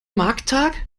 markttag